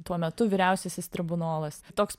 tuo metu vyriausiasis tribunolas toks